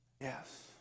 Yes